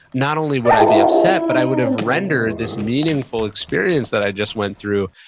not only would i be upset, but i would have rendered this meaningful experience that i just went through,